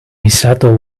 misato